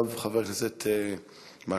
עכשיו חבר הכנסת מקלב.